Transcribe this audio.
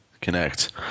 Connect